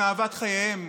עם אהבת חייהם,